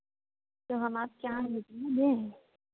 तो हम आपके यहाँ आ कर दे दें